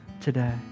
today